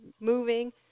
moving